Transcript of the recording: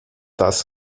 das